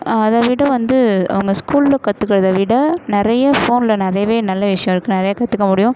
அதை விட வந்து அவங்க ஸ்கூலில் கற்றுக்கிறத விட நிறைய ஃபோனில் நிறையவே நல்ல விஷயம் இருக்குது நிறையா கற்றுக்க முடியும்